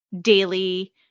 daily